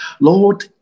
Lord